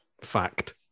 fact